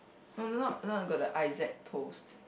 no that time that time I got the Isaac Toast